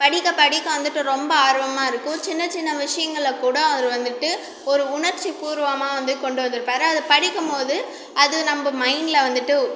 படிக்க படிக்க வந்துவிட்டு ரொம்ப ஆர்வமாக இருக்கும் சின்ன சின்ன விஷயங்களக் கூட அவர் வந்துவிட்டு ஒரு உணர்ச்சிப் பூர்வமாக வந்து கொண்டு வந்துருப்பார் அதைப் படிக்கும்போது அது நம்ப மைண்ட்டில் வந்துவிட்டு